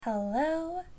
Hello